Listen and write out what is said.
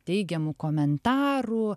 teigiamų komentarų